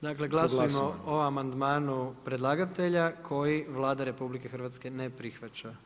Dakle glasujmo o amandmanu predlagatelja koji Vlada RH ne prihvaća.